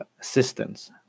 assistance